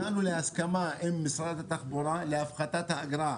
הגענו להסכמה עם משרד התחבורה להפחתת האגרה.